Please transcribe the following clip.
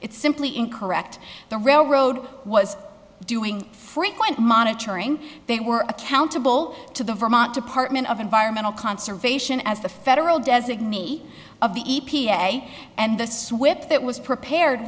it simply incorrect the railroad was doing frequent monitoring they were accountable to the vermont department of environmental conservation as the federal designee of the e p a and the swip that was prepared